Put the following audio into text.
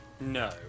No